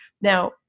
Now